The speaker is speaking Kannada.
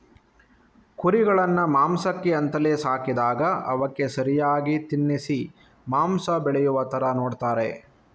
ಕುರಿಗಳನ್ನ ಮಾಂಸಕ್ಕೆ ಅಂತಲೇ ಸಾಕಿದಾಗ ಅವಕ್ಕೆ ಸರಿಯಾಗಿ ತಿನ್ನಿಸಿ ಮಾಂಸ ಬೆಳೆಯುವ ತರ ನೋಡ್ತಾರೆ